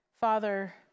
Father